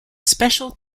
special